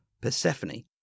Persephone